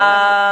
בדיוק.